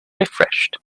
refreshed